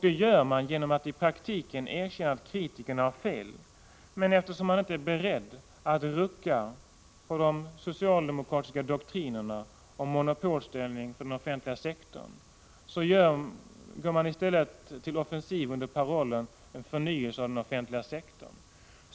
Det gör man genom att i praktiken erkänna att kritikerna har rätt, men eftersom man inte är beredd att rucka på de socialdemokratiska doktrinerna om monopolställning för den offentliga sektorn går man i stället till offensiv under parollen Förnyelse av den offentliga sektorn.